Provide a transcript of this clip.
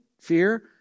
fear